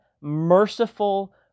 merciful